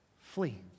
Flee